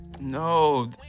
No